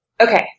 Okay